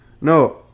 No